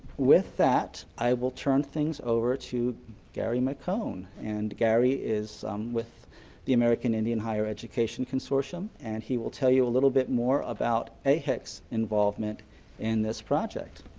with that, i will turn things over to gary mccone, and gary is with the american indian higher education consortium and he will tell you a little bit more about aihecs involvement in this project.